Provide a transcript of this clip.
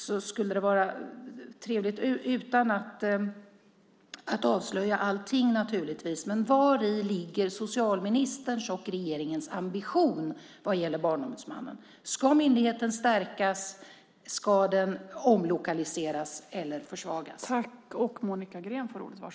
Han ska naturligtvis inte avslöja allting. Men jag undrar: Var ligger socialministerns och regeringens ambition vad gäller Barnombudsmannen? Ska myndigheten stärkas? Ska den omlokaliseras eller försvagas?